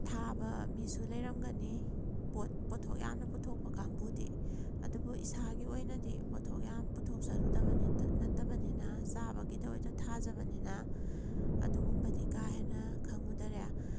ꯊꯥꯕ ꯃꯤꯁꯨ ꯂꯩꯔꯝꯒꯅꯤ ꯄꯣꯊꯣꯛ ꯌꯥꯝꯅ ꯄꯨꯊꯣꯛꯄ ꯀꯥꯡꯕꯨꯗꯤ ꯑꯗꯨꯕꯨ ꯏꯁꯥꯒꯤ ꯑꯣꯏꯅꯗꯤ ꯄꯣꯊꯣꯛ ꯌꯥꯝ ꯄꯨꯊꯣꯛꯆꯔꯨꯗꯕꯅꯤ ꯅꯠꯇꯕꯅꯤꯅ ꯆꯥꯕꯒꯤꯇ ꯑꯣꯏꯅ ꯊꯥꯖꯕꯅꯤꯅ ꯑꯗꯨꯒꯨꯝꯕꯗꯤ ꯀꯥꯍꯦꯟꯅ ꯈꯪꯉꯨꯗꯔꯦ